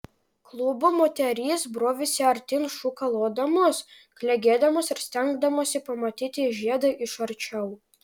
klubo moterys brovėsi artyn šūkalodamos klegėdamos ir stengdamosi pamatyti žiedą iš arčiau